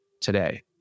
today